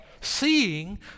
Seeing